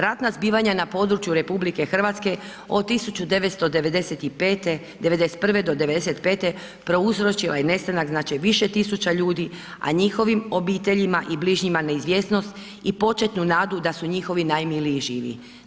Ratna zbivanja na području RH od 1995., '91. do '95. prouzročila je nestanak znači više tisuća ljudi, a njihovim obiteljima i bližnjima neizvjesnost i početnu nadu da su njihovi najmiliji živi.